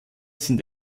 sind